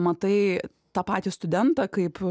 matai tą patį studentą kaip